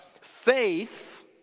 Faith